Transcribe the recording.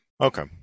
Okay